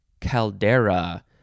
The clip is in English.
Caldera